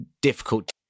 difficult